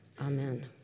Amen